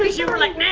ah you were like,